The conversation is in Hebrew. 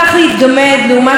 ואנחנו כאן,